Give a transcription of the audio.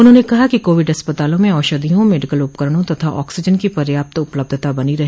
उन्होंने कहा कि कोविड अस्पतालों में औषधियों मेडिकल उपकरणों तथा आक्सीजन की पर्याप्त उपलब्धता बनी रहे